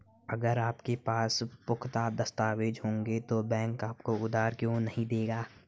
अगर आपके पास पुख्ता दस्तावेज़ होंगे तो बैंक आपको उधार क्यों नहीं देगा?